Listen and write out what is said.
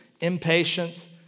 impatience